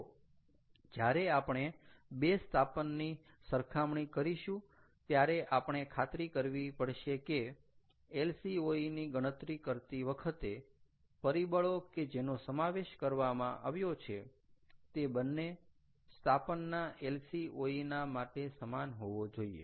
તો જ્યારે આપણે બે સ્થાપનની સરખામણી કરીશું ત્યારે આપણે ખાતરી રાખવી પડશે કે LCOE ની ગણતરી કરતી વખતે પરિબળો કે જેનો સમાવેશ કરવામાં આવ્યો છે તે બંને સ્થાપનના LCOE ના માટે સમાન હોવો જોઈએ